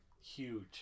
Huge